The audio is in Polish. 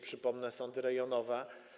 Przypomnę, to sądy rejonowe.